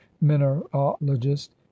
mineralogist